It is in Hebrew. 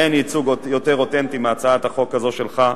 אין ייצוג יותר אותנטי מהצעת החוק הזאת שלך.